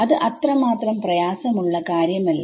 ഇത് അത്രമാത്രം പ്രയാസമുള്ള കാര്യമല്ല